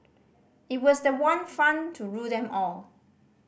it was the one fund to rule them all